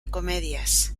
comedias